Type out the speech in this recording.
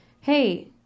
hey